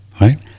right